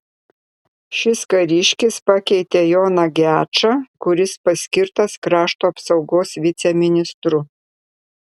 šis kariškis pakeitė joną gečą kuris paskirtas krašto apsaugos viceministru